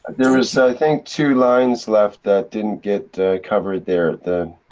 there is, i think, two lines left that didn't get covered there the.